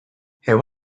have